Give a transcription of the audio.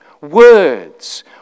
Words